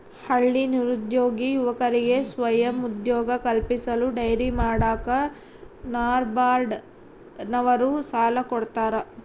ಹಳ್ಳಿ ನಿರುದ್ಯೋಗಿ ಯುವಕರಿಗೆ ಸ್ವಯಂ ಉದ್ಯೋಗ ಕಲ್ಪಿಸಲು ಡೈರಿ ಮಾಡಾಕ ನಬಾರ್ಡ ನವರು ಸಾಲ ಕೊಡ್ತಾರ